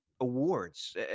awards